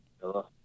hello